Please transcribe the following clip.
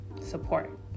support